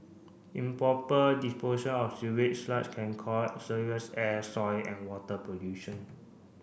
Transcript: improper disposal of sewage sludge can call serious air soil and water pollution